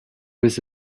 was